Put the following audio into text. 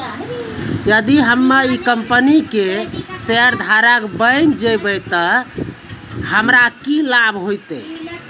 यदि हम्मै ई कंपनी के शेयरधारक बैन जैबै तअ हमरा की लाभ होतै